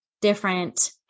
different